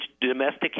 domestic